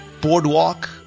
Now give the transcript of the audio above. Boardwalk